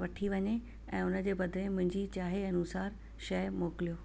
वठी वञे ऐं हुनजे बदिरां मुंहिंजी चाहे अनुसार शइ मोकिलियो